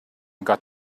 got